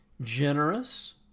Generous